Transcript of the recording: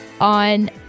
on